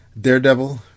Daredevil